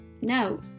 No